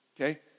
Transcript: Okay